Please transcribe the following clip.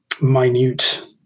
minute